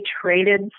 traded